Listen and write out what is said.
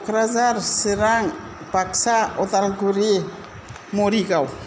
Kokrajhar Chirang Baksa Udalguri Morigaon